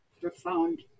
profound